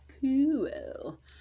Cool